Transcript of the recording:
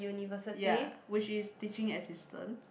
ya which is teaching assistant